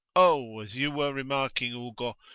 oh, as you were remarking, ugo,